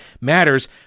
matters